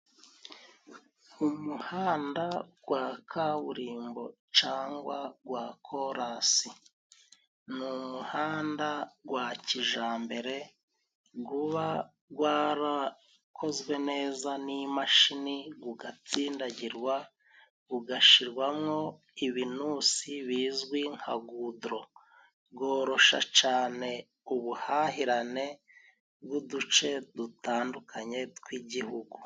Umuhanda gwa kaburimbo cangwa gwa korasi, ni umuhanda gwa kijambere guba gwarakozwe neza n'imashini gugatsindagirwa, gugashirwamwo ibinusi bizwi nka gudoro ,gorosha cane ubuhahirane bw'uduce dutandukanye tw'igihugu.